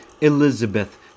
Elizabeth